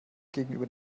gegenüber